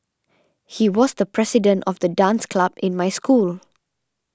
he was the president of the dance club in my school